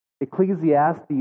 Ecclesiastes